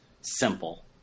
simple